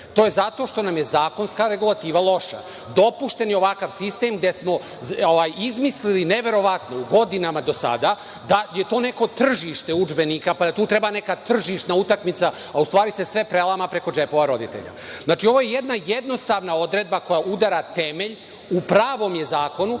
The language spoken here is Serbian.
To je zato što nam je zakonska regulativa loša. Dopušten je ovakav sistem gde smo izmislili, neverovatno, u godinama do sada da je to neko tržište udžbenika, pa da tu treba neka utakmica, a u stvari se sve prelama preko džepova roditelja. Ovo je jedna jednostavna odredba koja udara temelj i u pranom je zakonu